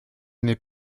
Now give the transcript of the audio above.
n’est